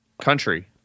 country